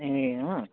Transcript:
ए अँ